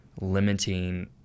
limiting